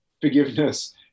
forgiveness